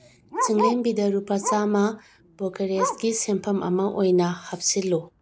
ꯆꯤꯡꯂꯦꯝꯕꯤꯗ ꯂꯨꯄꯥ ꯆꯥꯝꯃ ꯕ꯭ꯔꯣꯀꯔꯦꯁꯀꯤ ꯁꯦꯟꯐꯝ ꯑꯃ ꯑꯣꯏꯅ ꯍꯥꯞꯆꯤꯜꯂꯨ